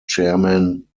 chairman